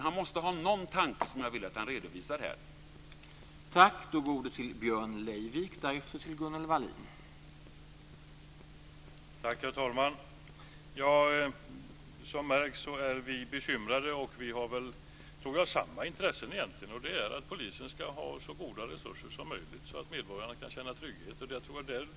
Han måste ha någon tanke, och jag vill att han redovisar den här.